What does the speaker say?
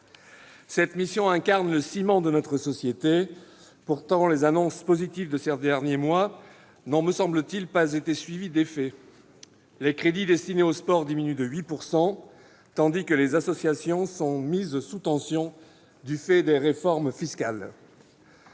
Cette mission incarne le ciment de notre société. Pourtant, les annonces positives de ces derniers mois n'ont pas, me semble-t-il, été suivies d'effets : les crédits destinés au sport diminuent de 8 %, tandis que les associations sont mises sous tension du fait des réformes fiscales.